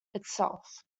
itself